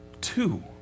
Two